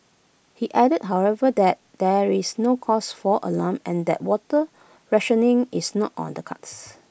he added however that there is no cause for alarm and that water rationing is not on the cards